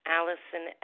Allison